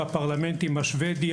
בפרלמנטים השוודי,